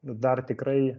dar tikrai